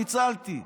ניצלתי.